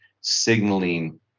signaling